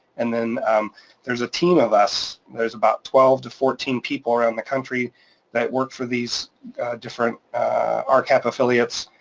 and then there's a team of us. there's about twelve to fourteen people around the country that work for these different um rcap affiliates,